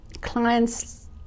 Clients